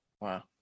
wow